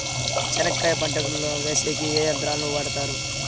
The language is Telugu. చెనక్కాయ పంటను వేసేకి ఏ యంత్రాలు ను వాడుతారు?